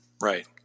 right